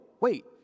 wait